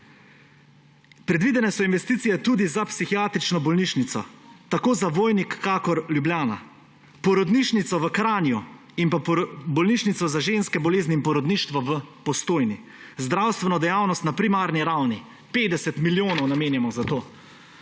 Predvidene so investicije tudi za Psihiatrično bolnišnico Vojnik in Ljubljana, porodnišnico v Kranju in Bolnišnico za ženske bolezni in porodništvo Postojna. Zdravstvena dejavnost na primarni ravni – 50 milijonov namenjamo za to.